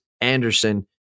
Anderson